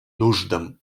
нуждам